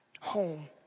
home